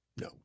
No